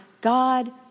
God